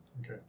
Okay